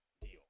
Deal